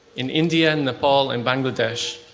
in india, nepal and bangladesh,